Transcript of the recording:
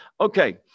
Okay